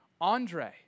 Andre